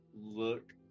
look